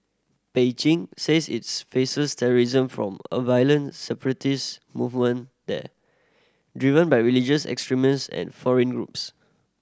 Beijing says it faces terrorism from a violent separatist movement there driven by religious extremism and foreign groups